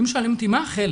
אם שואלים אותי מה החלק